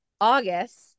August